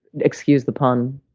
excuse the pun.